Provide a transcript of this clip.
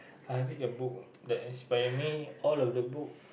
I read a book that as by me all of the book